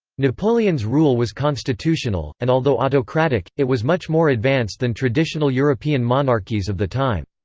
napoleon's rule was constitutional, and although autocratic, it was much more advanced than traditional european monarchies of the time.